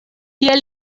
tie